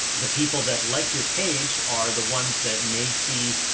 the people that like your page are the ones that may see,